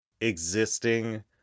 existing